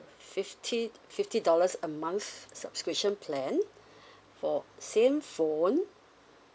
fifty fifty dollars a month subscription plan for same phone